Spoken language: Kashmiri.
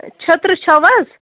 چھٔترٕ چھَو حظ